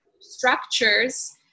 structures